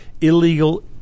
illegal